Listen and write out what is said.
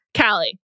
Callie